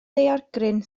daeargryn